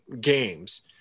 games